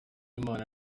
imana